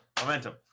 momentum